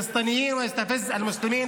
כל הנושאים שאנו מבקשים ודורשים אותם,